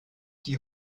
die